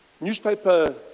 newspaper